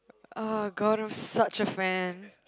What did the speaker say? uh god I'm such a fan